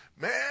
Man